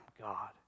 God